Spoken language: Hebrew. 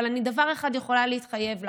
אבל לדבר אחד אני יכולה להתחייב לך: